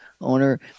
owner